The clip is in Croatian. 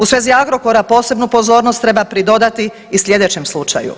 U svezi Agrokora posebnu pozornost treba pridodati i sljedećem slučaju.